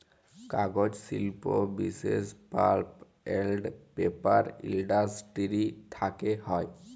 কাগজ শিল্প বিশেষ পাল্প এল্ড পেপার ইলডাসটিরি থ্যাকে হ্যয়